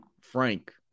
Frank